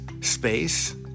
space